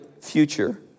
future